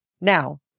Now